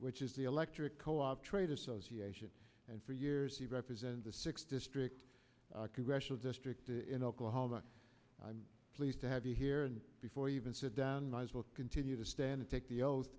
which is the electric co op trade association and for years you represent the sixth district congressional district in oklahoma i'm pleased to have you here and before you even sit down my eyes will continue to stand to take the oath